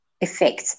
effect